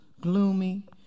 gloomy